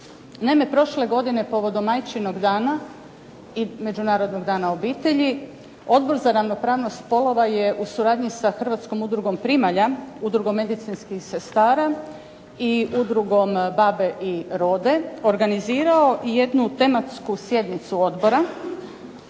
Naime prošle godine povodom Majčinog dana i Međunarodnog dana obitelji Odbor za ravnopravnost spolova je u suradnji sa Hrvatskom udrugom primalja, Udrugom medicinskih sestara i Udrugom Babe i Rode organizirao i jednu tematsku sjednicu odbora